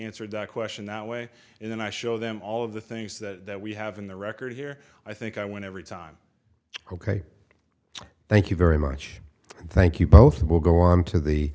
answered the question that way and then i show them all of the things that we have in the record here i think i want every time ok thank you very much thank you both will go on to the